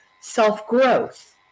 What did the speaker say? self-growth